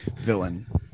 villain